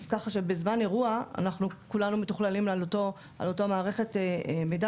אז ככה שבזמן אירוע אנחנו כולנו מתוכללים על אותה מערכת מידע